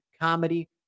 comedy